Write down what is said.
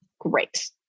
Great